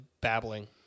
babbling